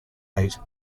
eight